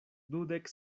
dudek